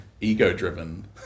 ego-driven